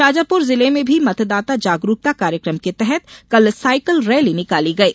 शाजापुर जिले में भी मतदाता जागरूकता कार्यक्रम के तहत कल साईकल रैली निकाली गयी